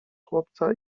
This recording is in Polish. chłopca